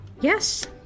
Yes